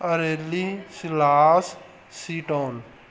ਅਰੇਲੀ ਸਲਾਸ ਸੀਟੋਨ